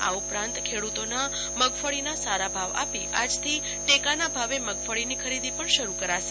આ ઉપરાંત ખેડૂતોના મગફળીના સારા ભાવ આપી આજથી ટેકાના ભાવે મગફળીની ખરીદી શરૂ કરશે